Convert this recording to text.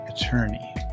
attorney